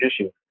issue